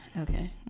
Okay